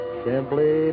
simply